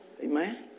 Amen